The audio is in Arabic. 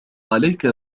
عليك